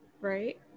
Right